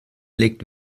legt